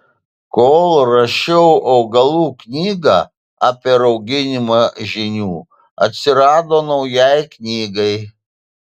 kol rašiau augalų knygą apie rauginimą žinių atsirado naujai knygai